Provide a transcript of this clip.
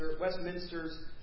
Westminster's